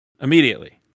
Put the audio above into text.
Immediately